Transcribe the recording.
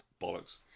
bollocks